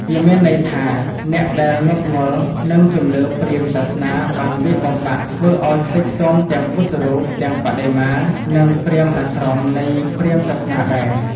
វាមានន័យថាអ្នកដែលងប់ងល់នឹងជំនឿព្រាហ្មណ៍សាសនាបានវាយបំបាក់ធ្វើឱ្យខ្ទេចខ្ទាំទាំងពុទ្ធរូប ទាំងបដិមា និងព្រាហ្មណ៍អាស្រមនៃព្រាហ្មណ៍សាសនាដែរ។។